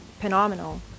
phenomenal